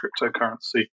cryptocurrency